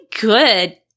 good